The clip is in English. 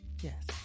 yes